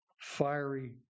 fiery